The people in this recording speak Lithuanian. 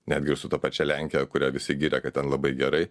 netgi ir su ta pačia lenkija kurią visi giria kad ten labai gerai